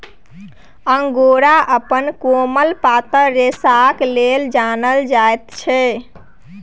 angora अपन कोमल पातर रेशाक लेल जानल जाइत छै